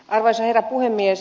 arvoisa herra puhemies